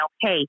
hey